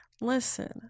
Listen